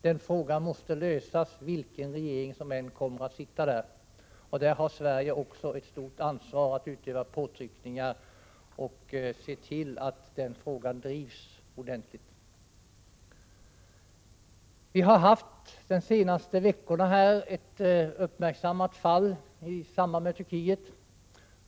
Den frågan måste lösas — oavsett vilken regering som kommer att sitta — och där har Sverige ett stort ansvar för att utöva påtryckningar och se till att frågan drivs ordentligt. Under de senaste veckorna har vi haft ett uppmärksammat fall som gäller Turkiet.